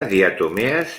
diatomees